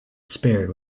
spared